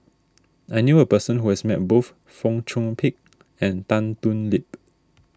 I knew a person who has met both Fong Chong Pik and Tan Thoon Lip